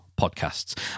podcasts